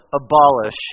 abolish